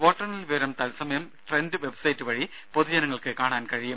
വോട്ടെണ്ണൽ വിവരം തത്സമയം ട്രൻഡ് വെബ്സൈറ്റ് വഴി പൊതുജനങ്ങൾക്ക് കാണാൻ കഴിയും